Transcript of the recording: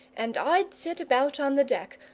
and i'd sit about on the deck.